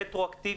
רטרואקטיבית,